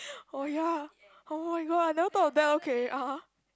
oh ya oh my god I never thought of that okay (uh huh)